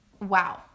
Wow